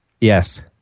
Yes